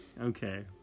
Okay